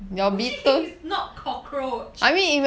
Mushiking is not cockroach